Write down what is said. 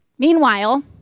Meanwhile